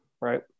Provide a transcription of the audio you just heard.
right